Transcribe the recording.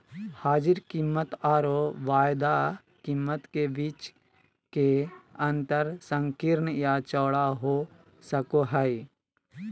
हाजिर कीमतआरो वायदा कीमत के बीच के अंतर संकीर्ण या चौड़ा हो सको हइ